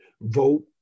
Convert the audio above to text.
vote